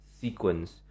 sequence